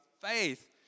faith